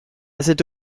cette